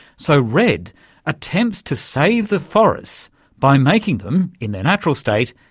so redd attempts to save the forests by making them, in their natural state,